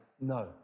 no